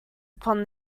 upon